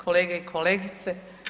Kolege i kolegice.